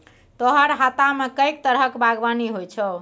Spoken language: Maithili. तोहर हातामे कैक तरहक बागवानी होए छौ